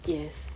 yes